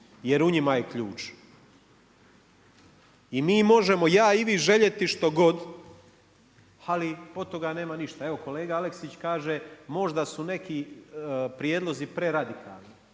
jer u njima je ključ. I mi možemo ja i vi željeti što god ali od toga nema ništa. Evo kolega Aleksić kaže možda su neki prijedlozi preradikalni